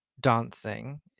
dancing